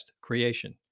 creation